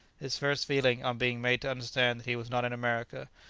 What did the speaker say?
his first feeling, on being made to understand that he was not in america,